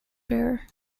bearer